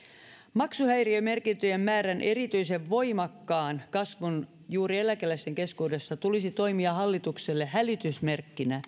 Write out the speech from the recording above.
maksuhäiriömerkintöjen määrän erityisen voimakkaan kasvun juuri eläkeläisten keskuudessa tulisi toimia hallitukselle hälytysmerkkinä